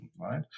right